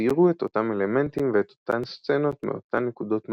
וציירו את אותם אלמנטים ואת אותן סצנות מאותן נקודות מבט,